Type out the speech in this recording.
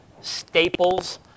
Staples